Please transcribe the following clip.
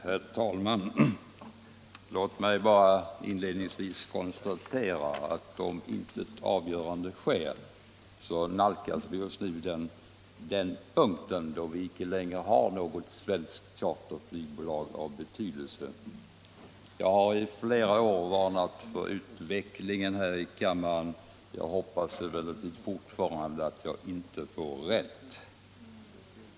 Herr talman! Låt mig bara inledningsvis konstatera att om intet avgörande sker nalkas vi just nu den punkt då vi inte längre har något svenskt charterflygbolag av betydelse. Jag har i flera år här i kammaren varnat för den utvecklingen. Jag hoppas emellertid fortfarande att jag inte får rätt.